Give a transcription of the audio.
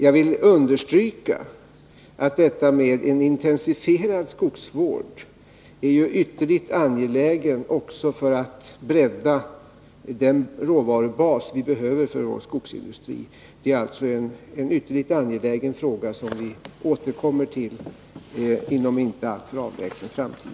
Jag vill understryka att frågan om en intensifierad skogsvård är ytterligt angelägen också för att bredda den råvarubas som vi behöver för vår skogsindustri. Det är alltså en ytterligt angelägen fråga som vi återkommer till inom en inte alltför avlägsen framtid.